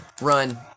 Run